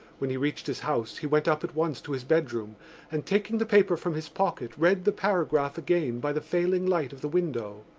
when he reached his house he went up at once to his bedroom and, taking the paper from his pocket, read the paragraph again by the failing light of the window.